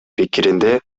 пикиринде